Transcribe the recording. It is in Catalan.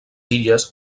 illes